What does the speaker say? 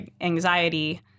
anxiety